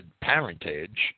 parentage